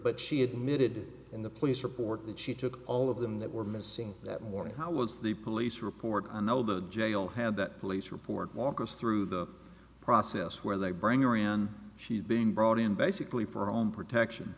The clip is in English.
but she admitted in the police report that she took all of them that were missing that morning how was the police report on the jail had that police report walk us through the process where they bring around she's being brought in basically for own protection